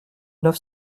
neuf